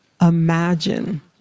imagine